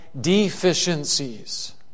deficiencies